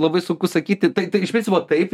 labai sunku sakyti tai tai iš principo taip